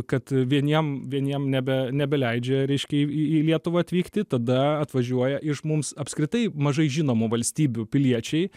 kad vieniem vieniem nebe nebeleidžia reiškia į į lietuvą atvykti tada atvažiuoja iš mums apskritai mažai žinomų valstybių piliečiai